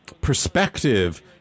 perspective